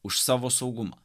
už savo saugumą